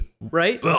right